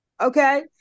Okay